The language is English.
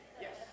Yes